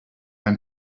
man